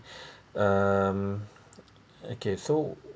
um okay so